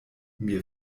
mir